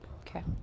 Okay